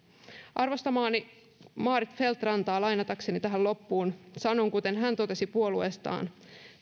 arvostamaani maarit feldt rantaa lainatakseni tähän loppuun sanon kuten hän totesi puolueestaan